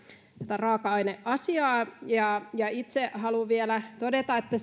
raaka aine asiaa itse haluan vielä todeta että